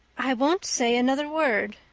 i won't say another word,